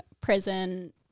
prison